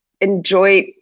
enjoy